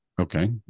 Okay